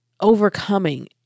overcoming